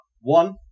one